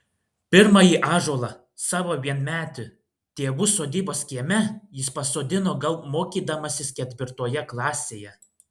pirmąjį ąžuolą savo vienmetį tėvų sodybos kieme jis pasodino gal mokydamasis ketvirtoje klasėje